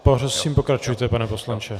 Prosím, pokračujte, pane poslanče.